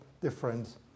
difference